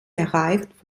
erreicht